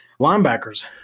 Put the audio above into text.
Linebackers